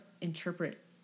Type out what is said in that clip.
interpret